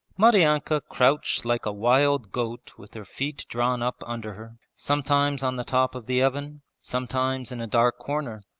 maryanka crouched like a wild goat with her feet drawn up under her, sometimes on the top of the oven, sometimes in a dark corner.